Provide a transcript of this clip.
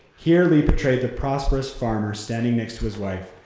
here lee portrayed the prosperous farmer standing next to his wife,